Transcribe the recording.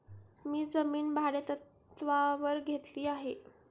मी जमीन भाडेतत्त्वावर घेतली आहे